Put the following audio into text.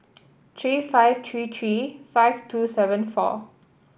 three five three three five two seven four